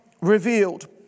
revealed